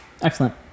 Excellent